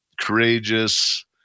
courageous